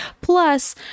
Plus